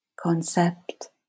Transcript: concept